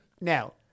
Now